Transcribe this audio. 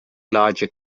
larger